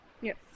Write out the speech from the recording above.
Yes